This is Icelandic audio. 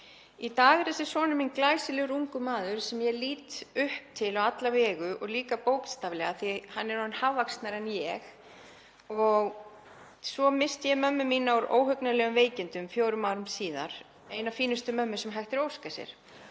Í dag er þessi sonur minn glæsilegur ungur maður sem ég lít upp til á alla vegu og líka bókstaflega því að hann er orðinn hávaxnari en ég. Svo missti ég mömmu mína úr óhugnanlegum veikindum fjórum árum síðar, eina fínustu mömmu sem hægt er að óska sér.